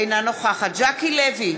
אינה נוכחת ז'קי לוי,